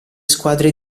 squadre